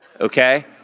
Okay